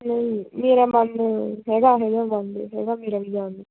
ਮੇਰਾ ਮਨ ਹੈਗਾ ਹੈਗਾ ਮਨ ਹੈਗਾ ਮੇਰਾ ਵੀ ਜਾਣ ਦਾ